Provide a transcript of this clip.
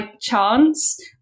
chance